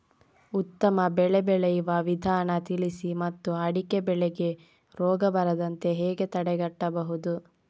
ಉತ್ತಮ ಬೆಳೆ ಬೆಳೆಯುವ ವಿಧಾನ ತಿಳಿಸಿ ಮತ್ತು ಅಡಿಕೆ ಬೆಳೆಗೆ ರೋಗ ಬರದಂತೆ ಹೇಗೆ ತಡೆಗಟ್ಟಬಹುದು?